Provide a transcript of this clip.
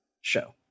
show